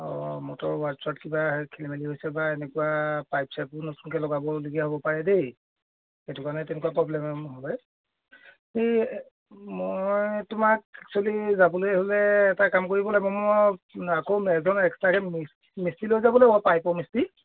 অঁ মটৰৰ ৱাৰ্টছ চোৱাট কিবাহে খেলিমেলি হৈছে বা এনেকুৱা পাইপ চাইপো নতুনকৈ লগাবলগীয়া হ'ব পাৰে দেই সেইটো কাৰণে তেনেকুৱা পব্লেম হয় সেই মই তোমাক এক্সুৱেলি যাবলৈ হ'লে এটা কাম কৰিব লাগিব মই আকৌ এজন এক্সট্ৰাকে মিস্ত্ৰি লৈ যাব লাগিব পাইপৰ মিস্ত্ৰি